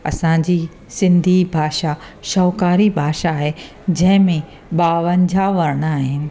असांजी सिंधी भाषा शौक़ारी भाषा आहे जंहिं में ॿावंजाहु वर्ण आहिनि